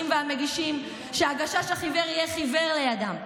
והמגישים שהגשש החיוור יהיה חיוור לידם.